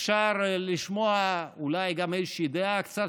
אפשר לשמוע אולי גם איזושהי דעה קצת